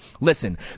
listen